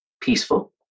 peaceful